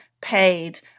paid